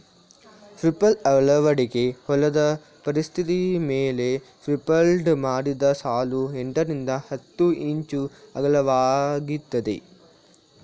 strip till ಅಳವಡಿಕೆ ಹೊಲದ ಪರಿಸ್ಥಿತಿಮೇಲೆ ಸ್ಟ್ರಿಪ್ಟಿಲ್ಡ್ ಮಾಡಿದ ಸಾಲು ಎಂಟರಿಂದ ಹತ್ತು ಇಂಚು ಅಗಲವಾಗಿರ್ತದೆ